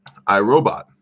iRobot